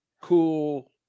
cool